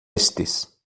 estes